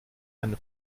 eine